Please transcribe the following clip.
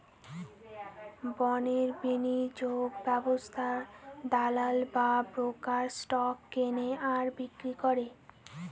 রণের বিনিয়োগ ব্যবস্থায় দালাল বা ব্রোকার স্টক কেনে আর বিক্রি করে